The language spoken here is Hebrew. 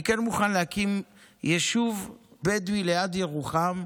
אני כן מוכן להקים יישוב בדואי ליד ירוחם,